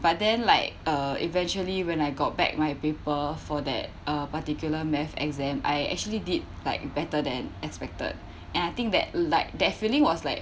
but then like uh eventually when I got back my paper for that uh particular math exam I actually did like better than expected and I think that like that feeling was like